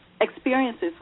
experiences